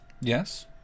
Yes